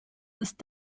ist